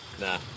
Nah